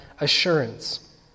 assurance